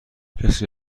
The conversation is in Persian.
کسی